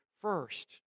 first